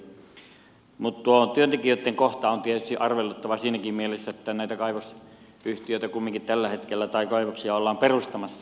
mutta tuo työntekijöitten kohta on tietysti arveluttava siinäkin mielessä että näitä kaivoksia kumminkin tällä hetkellä ollaan perustamassa